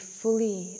fully